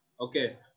okay